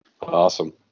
Awesome